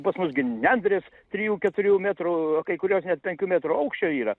pas mus gi nendrės trijų keturių metrų o kai kurios net penkių metrų aukščio yra